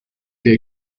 que